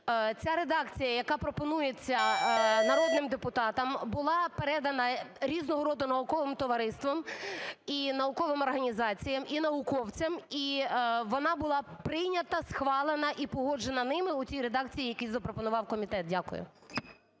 ця редакція, яка пропонується народним депутатам, була передана різного роду науковим товариствам і науковим організаціям, і науковцям, і вона була прийнята, схвалена і погоджена ними у цій редакції, в якій запропонував комітет. Дякую.